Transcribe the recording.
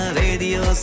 radio